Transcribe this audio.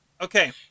Okay